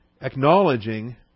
acknowledging